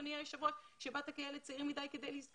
אדוני יושב ראש ואתה באת כילד צעיר מדי כדי לזכור